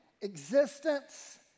existence